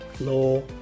law